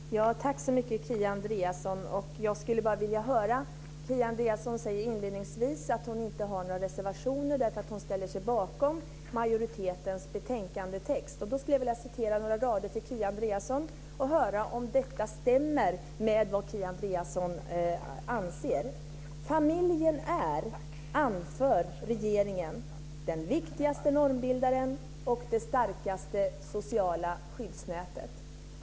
Herr talman! Tack så mycket, Kia Andreasson! Inledningsvis säger Kia Andreasson att hon inte har reserverat sig därför att hon ställer sig bakom majoritetens betänkandetext. Jag skulle då vilja citera några rader för att höra om det som sägs där stämmer med vad Kia Andreasson anser: "Familjen är, anför regeringen, den viktigaste normbildaren och det starkaste sociala skyddsnätet."